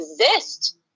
exist